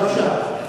בבקשה.